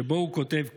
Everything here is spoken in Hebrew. שבו הוא כותב כך: